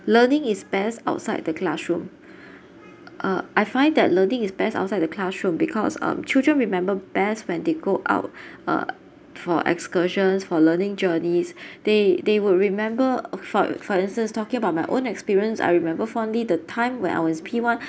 learning is best outside the classroom uh I find that learning is best outside the classroom because um children remember best when they go out uh for excursions for learning journeys they they would remember for for instance talking about my own experience I remember fondly the time when I was P one